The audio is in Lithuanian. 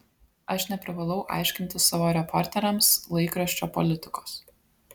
aš neprivalau aiškinti savo reporteriams laikraščio politikos